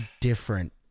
different